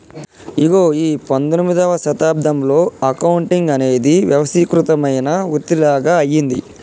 ఇగో ఈ పందొమ్మిదవ శతాబ్దంలో అకౌంటింగ్ అనేది వ్యవస్థీకృతమైన వృతిలాగ అయ్యింది